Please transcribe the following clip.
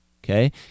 Okay